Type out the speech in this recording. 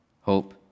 hope